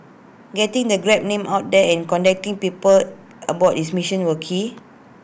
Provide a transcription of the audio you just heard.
getting the grab name out there and connecting people about its mission were key